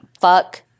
Fuck